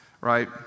right